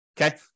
Okay